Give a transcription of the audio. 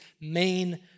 main